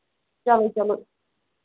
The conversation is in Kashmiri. چلو چلو